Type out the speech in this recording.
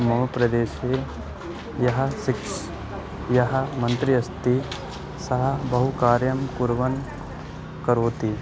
मम प्रदेशे यः शिक्षा यः मन्त्री अस्ति सः बहु कार्यं कुर्वन् करोति